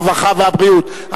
הרווחה והבריאות,